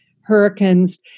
hurricanes